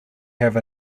have